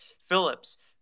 Phillips